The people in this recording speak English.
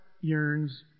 yearns